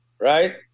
Right